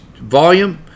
volume